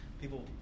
People